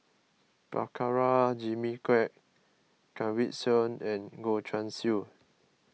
Prabhakara Jimmy Quek Kanwaljit Soin and Goh Guan Siew